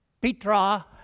Petra